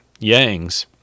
Yangs